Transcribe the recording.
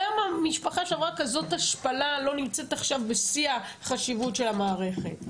למה משפחה שעברה כזאת השפלה לא נמצאת עכשיו בשיא החשיבות של המערכת?